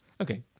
okay